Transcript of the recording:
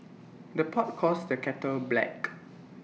the pot calls the kettle black